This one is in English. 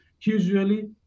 usually